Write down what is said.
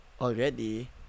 already